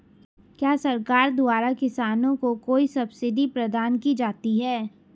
क्या सरकार द्वारा किसानों को कोई सब्सिडी प्रदान की जाती है?